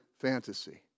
fantasy